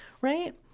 right